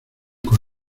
con